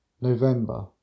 November